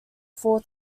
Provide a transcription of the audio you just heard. full